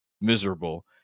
miserable